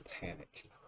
panic